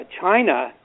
china